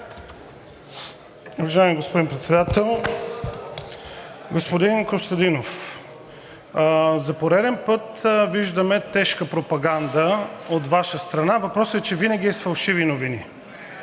Уважаеми господин Председател! Господин Костадинов, за пореден път виждаме тежка пропаганда от Ваша страна, въпросът е, че винаги е с фалшиви новини,